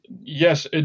yes